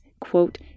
quote